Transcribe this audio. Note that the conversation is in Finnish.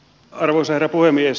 arvoisa herra puhemies